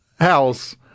house